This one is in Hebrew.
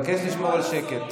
חברת הכנסת גוטליב.